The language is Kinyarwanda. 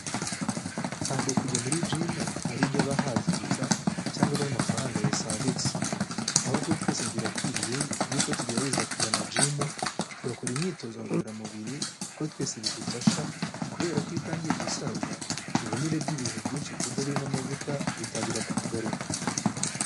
Ntabwo kujya muri jimu ari iby'abahaze gusa cyangwa abo amafaranga yasagutse, ahubwo twese birakwiriye yuko tugerageza kugana jimu tugakora imyitozo ngororamubiri kuko twese bidufasha, kubera ko itangiye gusaza ibinure by'ibintu byinshi turya birimo amavuta bitangira kukugaruka.